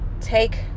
take